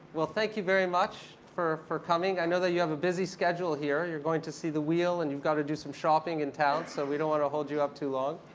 well, thank you very much for for coming. i know that you have a busy schedule here. you're going to see the wheel, and you've got to do some shopping in town. so we don't want to hold you up too long.